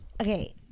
Okay